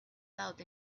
loud